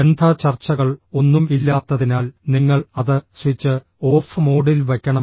ബന്ധ ചർച്ചകൾ ഒന്നും ഇല്ലാത്തതിനാൽ നിങ്ങൾ അത് സ്വിച്ച് ഓഫ് മോഡിൽ വയ്ക്കണം